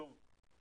שוב,